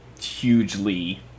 hugely